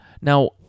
Now